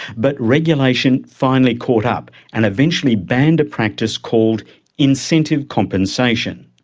but regulation finally caught up and eventually banned a practice called incentive compensation.